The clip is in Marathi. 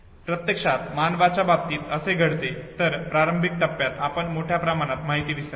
प्रत्यक्षात मानवाच्या बाबतीत काय घडते तर प्रारंभिक टप्प्यात आपण मोठ्या प्रमाणात माहिती विसरतो